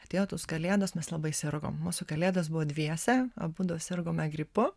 atėjo tos kalėdos mes labai sirgom mūsų kalėdos buvo dviese abudu sirgome gripu